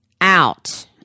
out